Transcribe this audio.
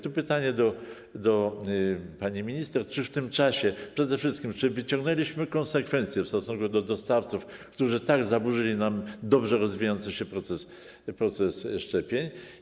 Tu pytanie do pani minister: Czy w tym czasie przede wszystkim wyciągnęliśmy konsekwencje w stosunku do dostawców, którzy tak zaburzyli nam dobrze rozwijający się proces szczepień?